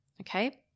Okay